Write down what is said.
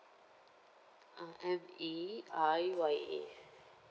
uh M A Y A